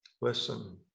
listen